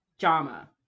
Jama